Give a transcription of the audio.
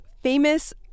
famous